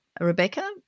Rebecca